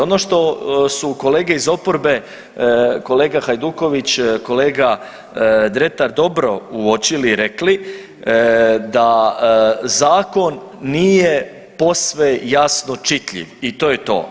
Ono što kolege iz oporbe kolega Hajduković, kolega Dretar dobro uočili i rekli da zakon nije posve jasno čitljiv i to je to.